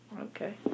Okay